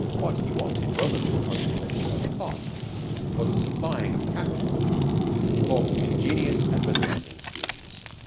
what he wanted roland to concentrate himself upon was the supplying of capital for ingenious advertising schemes.